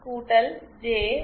5 ஜே1